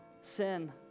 sin